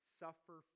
suffer